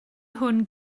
hwn